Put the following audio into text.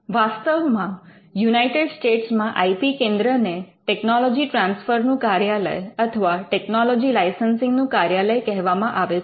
વાસ્તવમાં united states માં I P કેન્દ્ર ને ટેકનોલોજી ટ્રાન્સફર નું કાર્યાલય અથવા ટેકનોલોજી લાઇસન્સિંગ નું કાર્યાલય કહેવામાં આવે છે